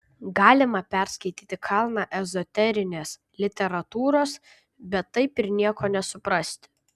galima perskaityti kalną ezoterinės literatūros bet taip nieko ir nesuprasti